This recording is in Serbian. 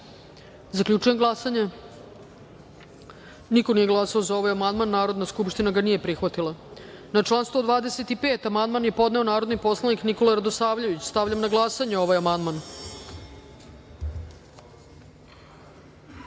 amandman. Zaključujem glasanje: niko nije glasao za ovaj amandman. Narodna skupština ga nije prihvatila. Na član 104. amandman je podneo narodni poslanik Nikola Radosavljević. Stavljam na glasanje ovaj